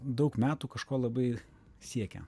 daug metų kažko labai siekia